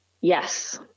Yes